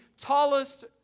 tallest